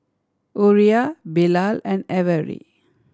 Uriah Bilal and Avery